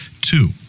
two